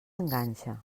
enganxa